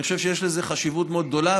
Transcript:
אני חושב שיש לזה חשיבות מאוד גדולה,